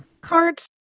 cards